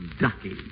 Ducky